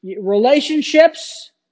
relationships